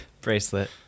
Bracelet